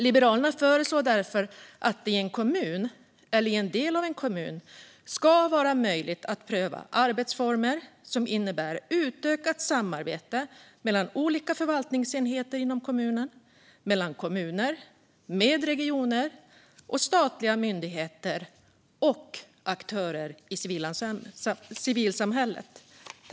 Liberalerna föreslår därför att det i en kommun, eller i en del av en kommun, ska vara möjligt att pröva arbetsformer som innebär utökat samarbete mellan olika förvaltningsenheter inom en kommun, mellan kommuner, med regioner och statliga myndigheter samt aktörer i civilsamhället.